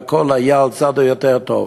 והכול היה על הצד היותר-טוב.